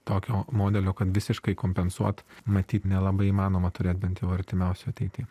tokio modelio kad visiškai kompensuot matyt nelabai įmanoma turėt bent jau artimiausioj ateity